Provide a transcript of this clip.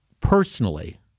personally